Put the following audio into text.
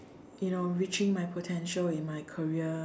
you know reaching my potential in my career